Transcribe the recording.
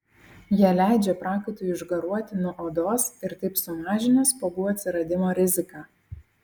jie leidžia prakaitui išgaruoti nuo odos ir taip sumažina spuogų atsiradimo riziką